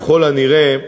ככל הנראה,